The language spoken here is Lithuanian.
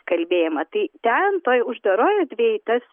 kalbėjimą tai ten toj uždaroj erdvėj tas